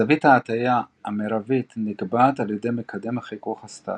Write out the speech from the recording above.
זווית ההטייה המרבית נקבעת על ידי מקדם החיכוך הסטטי.